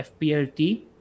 FPLT